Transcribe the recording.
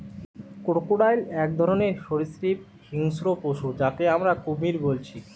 crocodile এক ধরণের সরীসৃপ হিংস্র পশু যাকে আমরা কুমির বলছি